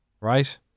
Right